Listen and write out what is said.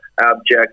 abject